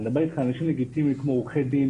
אני מדבר איתך על אנשים כמו עורכי דין,